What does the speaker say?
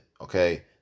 okay